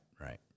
right